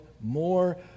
more